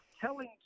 telling